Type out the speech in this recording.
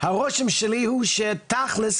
הרושם שלי הוא שתכ'לס,